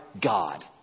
God